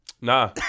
Nah